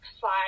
five